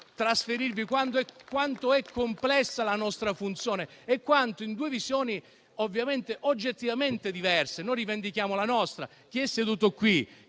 trasferirvi quanto è complessa la nostra funzione e quanto le due visioni siano oggettivamente diverse. Noi rivendichiamo la nostra. Chi è seduto qui,